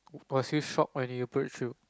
must you shop when he approach you